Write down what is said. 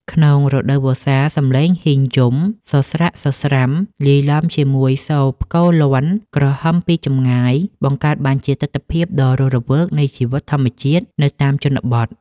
ក្នុងរដូវវស្សា សំឡេងហ៊ីងយំសស្រាក់សស្រាំលាយឡំជាមួយសូរផ្គរលាន់គ្រហឹមពីចម្ងាយ បង្កើតបានជាទិដ្ឋភាពដ៏រស់រវើកនៃជីវិតធម្មជាតិនៅតាមជនបទ។